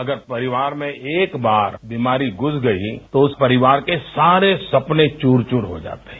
अगर परिवार में एक बार बीमारी घ्रस गई तो उस परिवार के सारे सपने चूर चूर हो जाते हैं